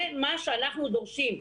זה מה שאנחנו דורשים,